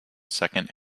second